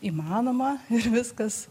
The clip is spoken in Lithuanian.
įmanoma ir viskas